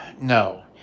No